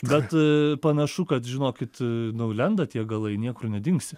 bet panašu kad žinokit nu lenda tie galai niekur nedingsi